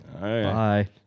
bye